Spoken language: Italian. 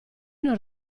non